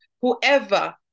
Whoever